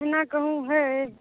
एना कहुँ होइ